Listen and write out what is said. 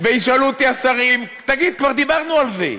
וישאלו אותי השרים: תגיד, כבר דיברנו על זה?